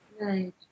Right